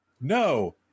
no